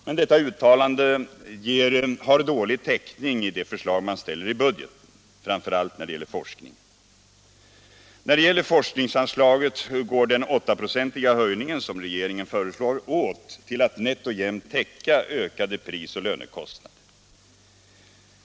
Men detta uttalande har dålig täckning i de förslag som man ställer i budgeten, framför allt när det gäller forskning. Beträffande forskningsanslaget går den åttaprocentiga höjning som regeringen föreslår åt till att nätt och jämnt täcka ökade priser och lönekostnader.